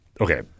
Okay